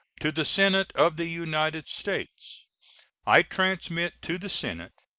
to the senate of the united states i transmit to the senate,